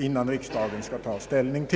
innan riksdagen skall ta ställning.